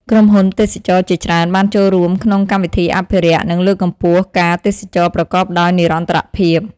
ក្រុមហ៊ុនទេសចរណ៍ជាច្រើនបានចូលរួមក្នុងកម្មវិធីអភិរក្ស និងលើកកម្ពស់ការទេសចរណ៍ប្រកបដោយនិរន្តរភាព។